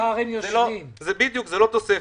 זה לא תוספת.